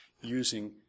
using